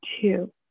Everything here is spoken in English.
two